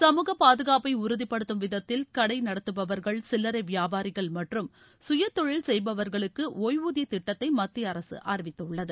சமூகப்பாதுப்பை உறுதிப்படுத்தும் விதத்தில் கடை நடத்துபவர்கள் சில்லறை வியாபாரிகள் மற்றும் சுயதொழில் செய்பவர்களுக்கு ஒய்வூதிய திட்டத்தை மத்திய அரசு அறிவித்துள்ளது